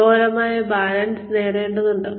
നമ്മൾ ഈ അതിലോലമായ ബാലൻസ് നേടേണ്ടതുണ്ട്